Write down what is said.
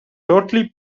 totally